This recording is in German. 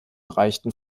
reichten